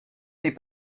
n’est